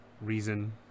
reason